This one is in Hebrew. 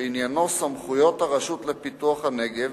שעניינו סמכויות הרשות לפיתוח הנגב,